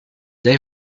they